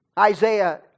Isaiah